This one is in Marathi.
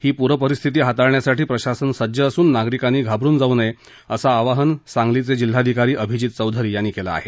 ही प्रपरिस्थिती हाताळण्यासाठी प्रशासन सज्ज असून नागरिकांनी घाबरु नये असं आवाहन सांगलीचे जिल्हाधिकारी अभिजीत चौधरी यांनी केलं आहे